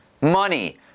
money